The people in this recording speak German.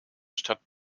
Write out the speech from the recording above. stadt